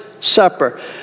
Supper